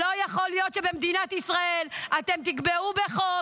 לא יכול להיות שבמדינת ישראל אתם תקבעו בחוק